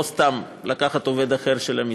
זה לא סתם לקחת עובד אחר של המשרד.